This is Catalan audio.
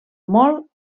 molt